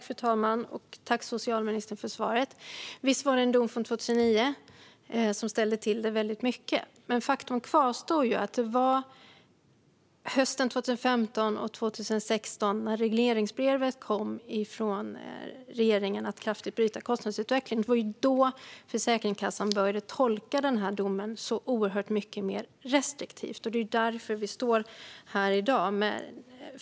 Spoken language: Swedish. Fru talman! Tack, socialministern, för svaret! Visst var det en dom från 2009 som ställde till det väldigt mycket. Men faktum kvarstår att det var 2016, när regleringsbrevet från regeringen kom om att kraftigt bryta kostnadsutvecklingen, som Försäkringskassan började tolka domen så oerhört mycket mer restriktivt. Det är därför vi står här i dag.